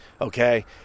okay